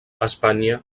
espanya